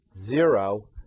zero